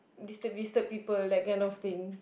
disturb disturb people like kind of thing